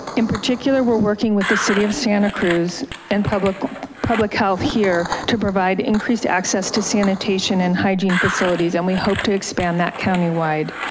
in particular, we're working with the city of santa cruz and public public health here to provide increased access to sanitation and hygiene facilities. and we hope to expand that countywide.